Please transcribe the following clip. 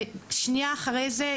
שנייה אחרי זה,